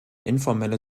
informelle